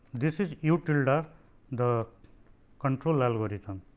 this is u tilde ah the control algorithm